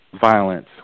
violence